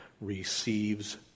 receives